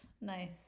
Nice